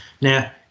now